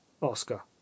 Oscar